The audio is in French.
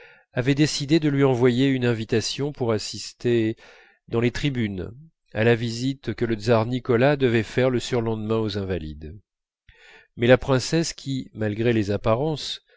avait décidé de lui envoyer une invitation pour assister dans les tribunes à la visite que le tsar nicolas devait faire le surlendemain aux invalides mais la princesse qui malgré les apparences